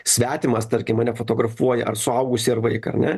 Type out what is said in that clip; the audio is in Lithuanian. svetimas tarkim mane fotografuoja ar suaugusį ar vaiką ane